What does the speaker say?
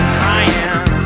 crying